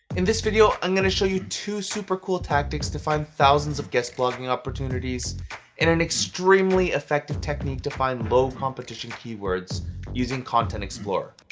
in this video, i'm gonna show you two super cool tactics to find thousands of guest blogging opportunities and an extremely effective technique to find low competition keywords using content explorer.